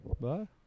Bye